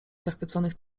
zachwyconych